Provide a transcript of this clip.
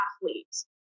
athletes